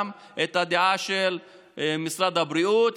גם את הדעה של משרד הבריאות,